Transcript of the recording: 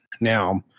Now